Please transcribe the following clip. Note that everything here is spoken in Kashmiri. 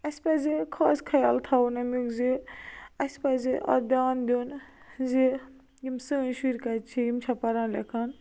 اَسہِ پَزِ خاص خیال تھاوُن اَمیُک زِ اَسہِ پَزِ اَتھ دیان دیُن زِ یِم سٲنۍ شُرۍ کَتہِ چھِ یِم چھَ پَران لیٛکھان